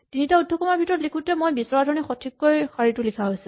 তিনিটা উদ্ধকমাৰ ভিতৰত লিখোতে মই বিচৰা ধৰণে সঠিককৈ শাৰীটো লিখা হৈছে